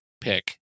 pick